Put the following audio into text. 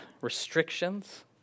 restrictions